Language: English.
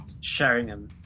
Sheringham